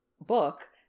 book